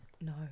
No